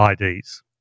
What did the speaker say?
IDs